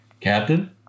Captain